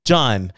John